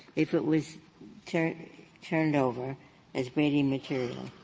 if it was turn turned over as brady material?